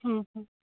ᱦᱮᱛᱳ